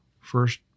first